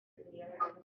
seven